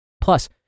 plus